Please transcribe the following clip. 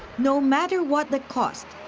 no matter what the cost,